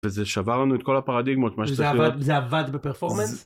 וזה שבר לנו את כל הפרדיגמות, מה שצריך לראות. זה עבד בפרפורמנס?